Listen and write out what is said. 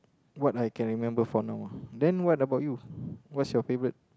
what I can remember for now ah then what about you what's your favourite